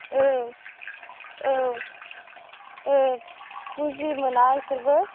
ओं औ बुजिमोना एसेबो